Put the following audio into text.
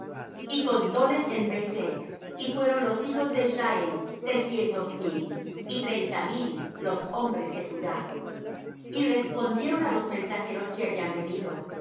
y contóles en bezec y fueron los hijos de israel trescientos mil y treinta mil los hombres de judá y respondieron á los mensajeros que habían venido así diréis á